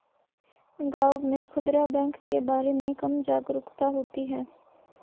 गांव में खूदरा बैंक के बारे में कम जागरूकता होती है